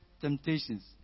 temptations